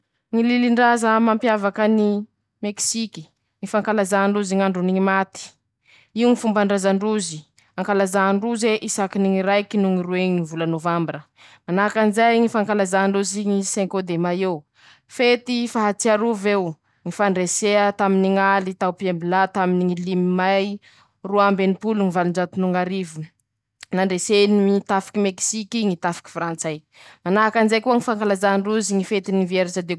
Ñy lilindraza mampiavaka ny Mekisiky: ñy fankalazà ndrozy ny ñ'androny ñy maty, io fombamdraza ndrozy, ankalazà ndrozy isakiny ñy raike no ñy roe vola nôvambra, manahakan'izay ñy fankalazà ndrozy ñy seinkô demaiô, fety fahatsiaroveo, ñy fandresea taminy ñ'aly tao piebilà taminy ñy limy mey roa amby enimpolo no ñy valonjato no ñ'arivo, nandreseny ñy tafiky Mekisiky ñy tafiky frantsay, manahakan'izay koa ñy fankalazà ndrozy ñy fetiny v.